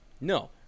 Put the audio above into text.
No